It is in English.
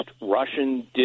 Russian